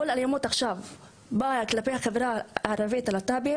שכל אלימות שקורית עכשיו כלפי החברה הלהט״בית הערבית,